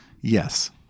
Yes